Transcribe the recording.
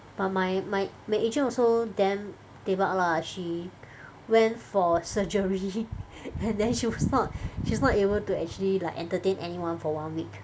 but my my my agent also damn daebak lah she went for surgery and then she was not she's not able to actually like entertain anyone for one week